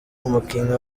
umukinnyi